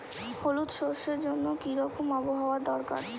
হলুদ সরষে জন্য কি রকম আবহাওয়ার দরকার?